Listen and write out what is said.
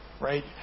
Right